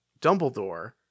Dumbledore